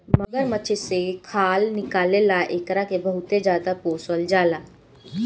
मगरमच्छ से खाल निकले ला एकरा के बहुते ज्यादे पोसल जाला